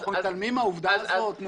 אנחנו מתעלמים מהעובדה הזאת?